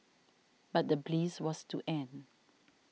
but the bliss was to end